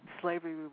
slavery